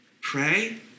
Pray